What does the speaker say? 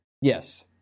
Yes